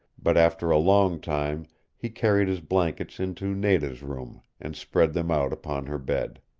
but after a long time he carried his blankets into nada's room, and spread them out upon her bed.